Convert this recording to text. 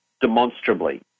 demonstrably